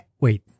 Wait